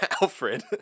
Alfred